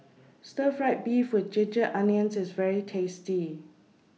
Stir Fried Beef with Ginger Onions IS very tasty